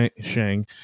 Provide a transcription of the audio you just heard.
Shang